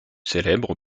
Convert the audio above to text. célèbre